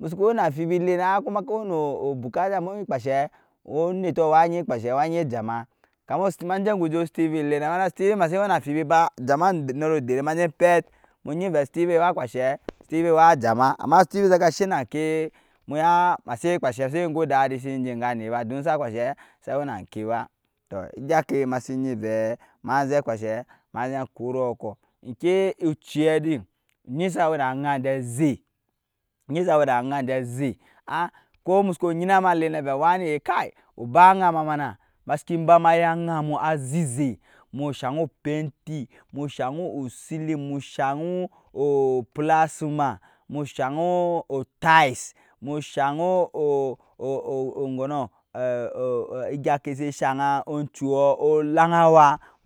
musuku wɛi na fibi iɛnɛ ai kɔɔ maniki wɛi nu bukata mu enyi kpashɛ onɛtɔɔ waenyi kpashɛ waenyi jama kama a gama ma jɛ guju steven iɛnɛ mana steven masi wɛi na fibi ba jama hɛra der mayɛ pɛt mu enyi vɛi seven wa kpashɛ steven wa jama ama steven saka shɛ nakɛ muya masi kpashɛ masi gɔdadi masi jɛgam ba don sa kpashe sa wɛi nakɛba tɔɔ egyagkɛ masi enyi kpashɛ ma zɛenyi kɔrɔɔ kɔɔ inkɛ ici din enyi sa wɛi na agan jɛ zɛ a kɔɔ musuku enyi nama wanɛ kai oba agama mana mbsiki ba ya agamu a zizɛ mu shang opɛnti mu shang usilin mushang oplama mushang otisɛ otisɛ mu shang. gɔnɔɔ egya gicɛ shi shang ogjuɔɔ olajawa,